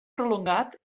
prolongat